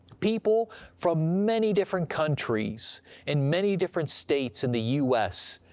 people from many different countries and many different states in the u s,